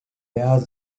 fare